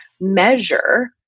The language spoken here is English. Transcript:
measure